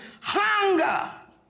hunger